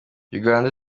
uganda